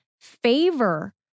favor